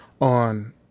On